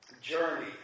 journey